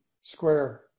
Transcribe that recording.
Square